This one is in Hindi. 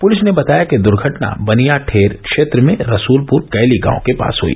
पुलिस ने बताया कि दुर्घटना बनियाठेर क्षेत्र में रसूलपुर कैली गांव के पास हुई